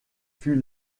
fut